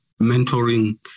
mentoring